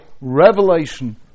revelation